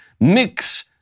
Mix